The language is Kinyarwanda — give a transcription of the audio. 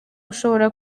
ushobora